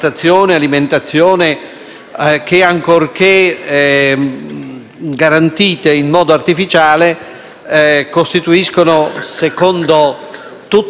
garantite in modo artificiale, costituiscono, secondo la dottrina medica, cura e non terapie.